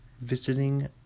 visiting